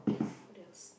what else